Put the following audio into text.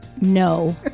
No